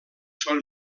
són